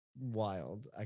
Wild